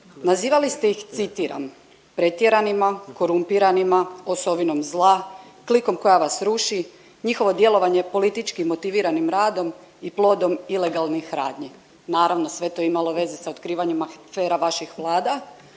Nazivali ste ih citiram: „pretjeranima, korumpiranima, osovinom zla, klikom koja vas ruši, njihovo djelovanje je politički motiviranim radom i plodom ilegalnih radnji“, naravno sve je to imalo veze sa otkrivanjem afera vaših vlada.